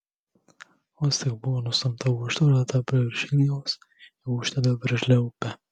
vos tik buvo nustumta užtvara tarp jo ir širdgėlos jie ūžtelėjo veržlia upe